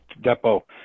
depot